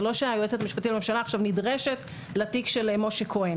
זה לא שהיועצת המשפטית לממשלה נדרשת עכשיו לתיק של משה כהן.